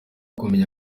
kumenya